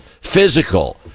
Physical